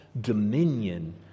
dominion